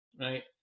right